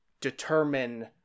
determine